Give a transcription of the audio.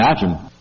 imagine